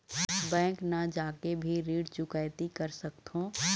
Bank न जाके भी ऋण चुकैती कर सकथों?